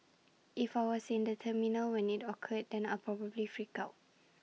if I was in the terminal when IT occurred then I'll probably freak out